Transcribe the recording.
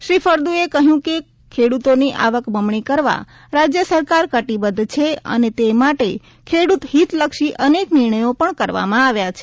શ્રી ફળદુએ કહ્યું કે ખેડૂતોની આવક બમણી કરવા રાજ્ય સરકાર કટિબદ્ધ છે અને તે માટે ખેડૂત હિતલક્ષી અનેક નિર્ણયો પણ કરવામાં આવ્યા છે